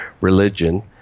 religion